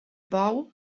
pou